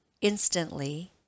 instantly